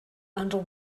under